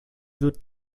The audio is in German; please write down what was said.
wird